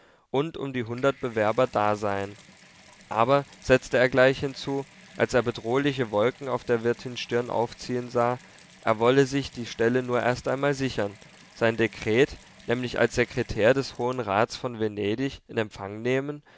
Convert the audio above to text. und um die hundert bewerber da seien aber setzte er gleich hinzu als er bedrohliche wolken auf der wirtin stirn aufziehen sah er wolle sich die stelle nur erst einmal sichern sein dekret nämlich als sekretär des hohen rats von venedig in empfang nehmen